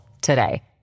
today